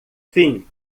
fim